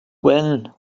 when